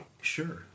Sure